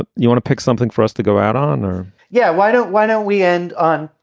but you want to pick something for us to go out on or yeah. why don't why don't we end on,